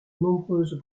nombreuses